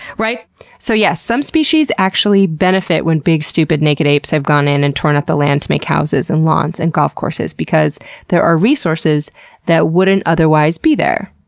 so yes, some species actually benefit when big, stupid, naked apes have gone in and torn up ah land to make houses and lawns and golf courses because there are resources that wouldn't otherwise be there.